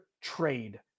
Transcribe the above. trade